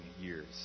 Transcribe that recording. years